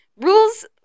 Rules